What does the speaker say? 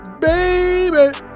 Baby